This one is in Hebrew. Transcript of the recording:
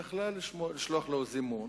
היא יכלה לשלוח לו זימון